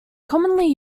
commonly